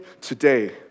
today